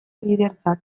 lidertzat